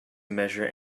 measure